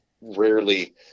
rarely